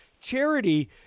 charity